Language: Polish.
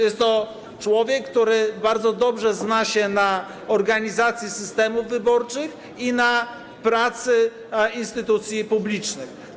Jest to człowiek, który bardzo dobrze zna się na organizacji systemów wyborczych i na pracy instytucji publicznych.